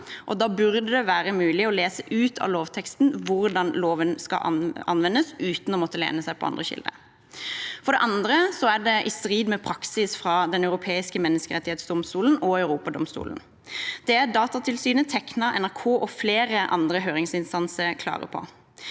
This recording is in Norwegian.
da burde det være mulig å lese ut av lovteksten hvordan loven skal anvendes, uten å måtte lene seg på andre kilder. For det andre er det i strid med praksis fra Den europeiske menneskerettsdomstol og Europadomstolen; det er Datatilsynet, Tekna, NRK og flere andre høringsinstanser klare på.